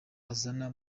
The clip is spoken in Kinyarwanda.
azana